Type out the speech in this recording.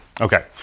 Okay